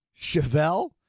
Chevelle